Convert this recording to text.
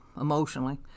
emotionally